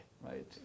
right